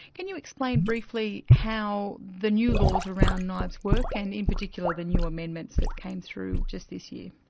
can you explain briefly how the new laws around knives work, and in particular the new amendments that came through just this year?